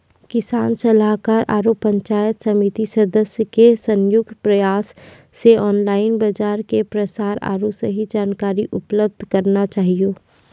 किसान सलाहाकार आरु पंचायत समिति सदस्य के संयुक्त प्रयास से ऑनलाइन बाजार के प्रसार आरु सही जानकारी उपलब्ध करना चाहियो?